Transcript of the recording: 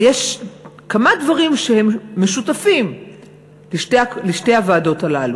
יש כמה דברים שהם משותפים לשתי הוועדות הללו,